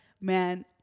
man